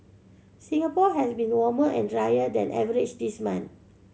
Singapore has been warmer and drier than average this month